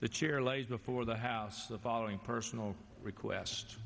the chair lays before the house the following personal request